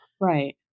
Right